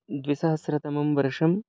द्विसहस्रतमं वर्षं